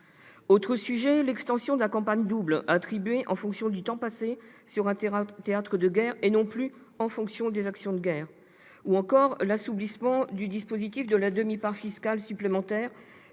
encore l'extension de la campagne double, à attribuer en fonction du temps passé sur un théâtre de guerre et non plus en fonction des actions de guerre, ou encore l'assouplissement du dispositif de la demi-part fiscale supplémentaire,